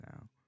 now